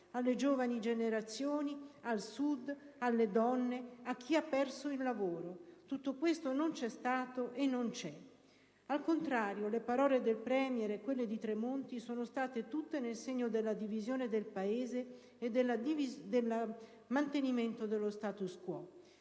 alle giovani generazioni, al Sud, alle donne, a chi ha perso il lavoro. Tutto questo non c'è stato e non c'è. Al contrario, le parole del *Premier* e quelle del ministro Tremonti sono state tutte nel segno della divisione del Paese e del mantenimento dello *status* *quo*.